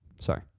Sorry